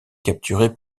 capturé